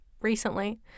recently